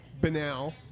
banal